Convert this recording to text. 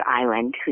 Island